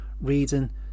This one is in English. reading